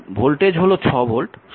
এখানে ভোল্টেজ হল 6 ভোল্ট